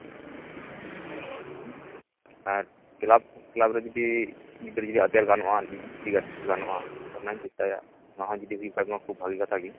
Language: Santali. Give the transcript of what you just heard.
ᱦᱩᱸ ᱠᱞᱟᱵᱽ ᱠᱞᱟᱵᱽ ᱠᱞᱟᱵᱽᱨᱮ ᱡᱩᱫᱤ ᱜᱤᱫᱽᱨᱟᱹ ᱟᱫᱮᱨ ᱜᱟᱱᱚᱜᱼᱟ ᱞᱤᱜᱽ ᱡᱩᱫᱤ ᱜᱟᱛᱮ ᱦᱚᱪᱚ ᱜᱟᱱᱚᱜᱼᱟ ᱚᱱᱟ ᱦᱚᱧ ᱪᱮᱥᱴᱟᱭᱟ ᱚᱱᱟ ᱦᱚᱸ ᱡᱩᱫᱤ ᱦᱩᱭᱩᱜ ᱠᱷᱟᱱ ᱢᱟ ᱠᱷᱩᱵᱽ ᱵᱷᱟᱜᱮ ᱠᱟᱛᱷᱟ ᱜᱮ